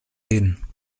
reden